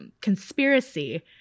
conspiracy